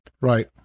right